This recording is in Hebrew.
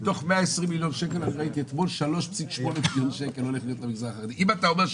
אמרת אתמול בוועדה שאומרים